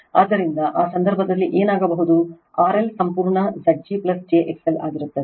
ಆದ್ದರಿಂದ ಆ ಸಂದರ್ಭದಲ್ಲಿ ಏನಾಗಬಹುದು RL ಸಂಪೂರ್ಣ Zg j XL ಆಗುತ್ತದೆ